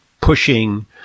pushing